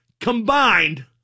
combined